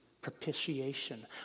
Propitiation